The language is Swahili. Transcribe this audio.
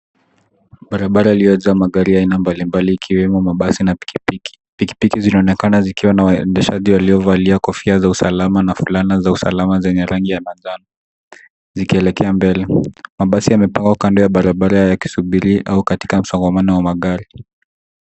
Barabara iliyojaa magari ya aina mbali mbali ikiwemo mabasi na piki piki. Piki piki zinaonekana zikiwa na waendeshaji waliovalia kofia za usalama na fulana za usalama zenye rangi ya majano zikielekea mbele mabasi yamepangwa kando ya bara bara yakisubiri au katika msongamano wa magari.